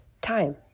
time